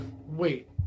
wait